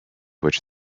which